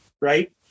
right